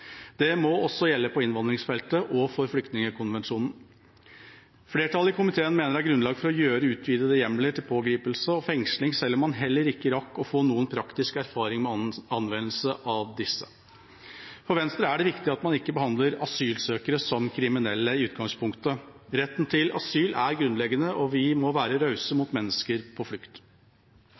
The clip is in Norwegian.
Det må også gjelde på innvandringsfeltet og for flyktningkonvensjonen. Flertallet i komiteen mener det er grunnlag for utvidede hjemler til pågripelse og fengsling, selv om man heller ikke rakk å få noen praktisk erfaring med anvendelse av disse. For Venstre er det viktig at man ikke behandler asylsøkere som kriminelle i utgangspunktet. Retten til asyl er grunnleggende, og vi må være rause mot mennesker på flukt,